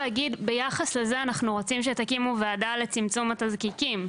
ביחס לזה אנחנו רוצים שתקימו ועדה שתבחן את צמצום התזקיקים.